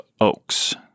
Oaks